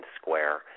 Square